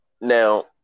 now